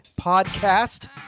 podcast